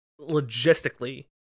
logistically